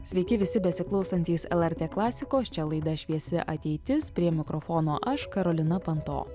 sveiki visi besiklausantys lrt klasikos čia laida šviesi ateitis prie mikrofono aš karolina panto